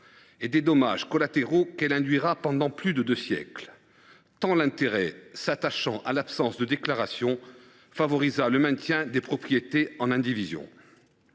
et des dommages collatéraux qu’elle allait causer pendant plus de deux siècles, tant l’intérêt s’attachant à l’absence de déclarations favorisa le maintien des propriétés en indivision.